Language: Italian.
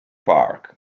park